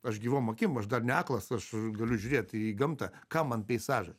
aš gyvom akim aš dar ne aklas aš galiu žiūrėt į gamtą kam man peizažai